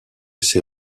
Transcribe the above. ces